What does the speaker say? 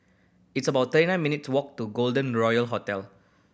it's about thirty nine minute to walk to Golden Royal Hotel